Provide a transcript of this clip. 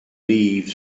leafed